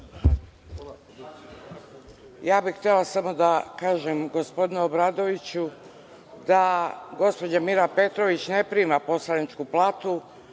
Ja bih htela samo da kažem gospodinu Obradoviću da gospođa Mira Petrović ne prima poslaničku platu